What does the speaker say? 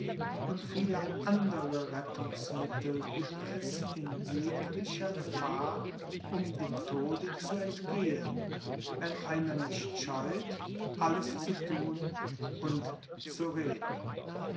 und viele andere rettungsmittel gibt es in jeglicher gefahr um dem tode zu entgehen wenn einer nicht scheut alles zu tun und zu reden